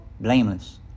blameless